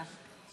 תודה.